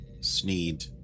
Sneed